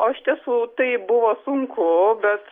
o iš tiesų tai buvo sunku bet